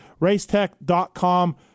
racetech.com